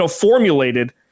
formulated